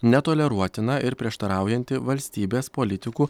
netoleruotiną ir prieštaraujantį valstybės politikų